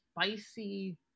spicy